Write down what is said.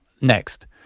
Next